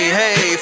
hey